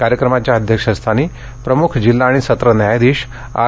कार्यक्रमाच्या अध्यक्षस्थानी प्रमुख जिल्हा आणि सत्र न्यायाधीश आर